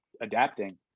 adapting